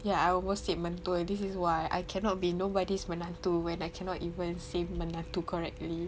ya I almost said mertua this is why I cannot be nobody's menantu when I cannot even say menantu correctly